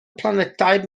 planedau